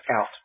out